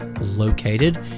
located